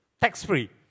Tax-free